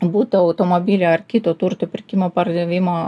būto automobilio ar kito turto pirkimo pardavimo